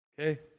Okay